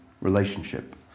relationship